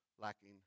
lacking